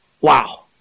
Wow